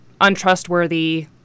untrustworthy